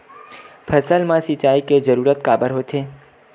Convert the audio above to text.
फसल मा सिंचाई के जरूरत काबर होथे?